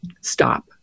Stop